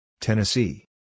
Tennessee